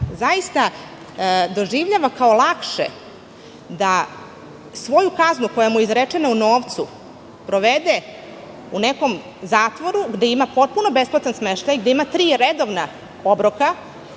zaista doživljava kao lakše da svoju kaznu koja mu je izrečena u novcu provede u nekom zatvoru, gde ima potpuno besplatan smeštaj, gde ima tri redovna obroka